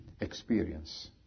experience